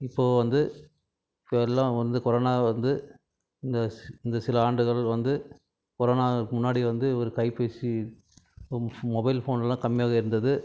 இப்போது வந்து இப்போது எல்லாம் வந்து கொரோனா வந்து இந்த இந்த சில ஆண்டுகள் வந்து கொரோனாவுக்கு முன்னாடி வந்து ஒரு கைப்பேசி மொபைல் ஃபோன்லாம் கம்மியாக இருந்தது